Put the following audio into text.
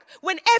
whenever